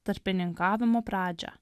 tarpininkavimo pradžią